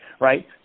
right